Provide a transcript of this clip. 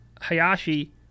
Hayashi